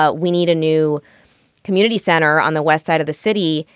ah we need a new community center on the west side of the city.